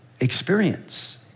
experience